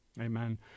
Amen